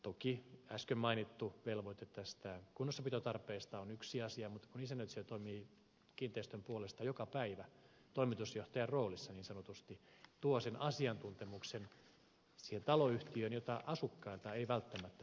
toki äsken mainittu velvoite kunnossapitotarpeesta on yksi asia mutta kun isännöitsijä toimii kiinteistön puolesta joka päivä toimitusjohtajan roolissa niin sanotusti tuo siihen taloyhtiöön sen asiantuntemuksen jota asukkailta ei välttämättä voi edes edellyttää